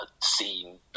seen